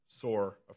sore